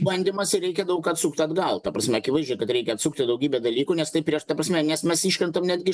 bandymas ir reikia daug atsukt atgal ta prasme akivaizdžiai kad reikia atsukti daugybę dalykų nes tai prieš ta prasme nes mes iškrentam netgi